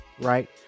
right